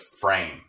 frame